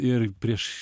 ir prieš